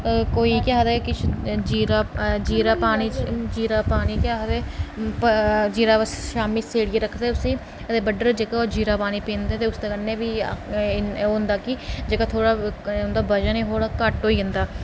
कोई केह् आखदे किश जीरा पानी केह् आखदे जीरा बस शामीं सेड़ियै रक्खना बस उसी बडलै जेह्का जीरा पानी पीना ते उस दे कन्नै बी ओह् जेह्का थोह्ड़ा उं'दा वजन थोह्ड़ा घट्ट होई जंदा